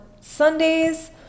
Sundays